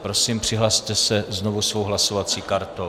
Prosím přihlaste se znovu svou hlasovací kartou.